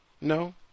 No